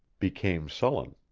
became sullen.